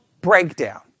breakdown